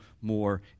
more